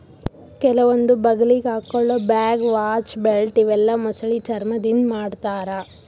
ಕೆಲವೊಂದ್ ಬಗಲಿಗ್ ಹಾಕೊಳ್ಳ ಬ್ಯಾಗ್, ವಾಚ್, ಬೆಲ್ಟ್ ಇವೆಲ್ಲಾ ಮೊಸಳಿ ಚರ್ಮಾದಿಂದ್ ಮಾಡ್ತಾರಾ